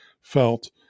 felt